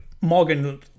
Morgan